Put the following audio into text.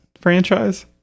franchise